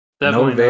No